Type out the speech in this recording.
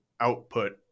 output